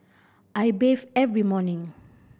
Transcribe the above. I bathe every morning